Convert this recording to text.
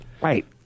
Right